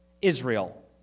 Israel